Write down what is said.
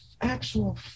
actual